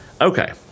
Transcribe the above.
Okay